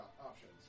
options